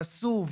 עשו,